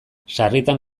sarritan